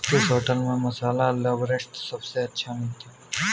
किस होटल में मसाला लोबस्टर सबसे अच्छा मिलता है?